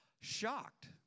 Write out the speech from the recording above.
shocked